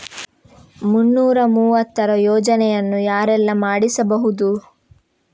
ಮುನ್ನೂರ ಮೂವತ್ತರ ಯೋಜನೆಯನ್ನು ಯಾರೆಲ್ಲ ಮಾಡಿಸಬಹುದು?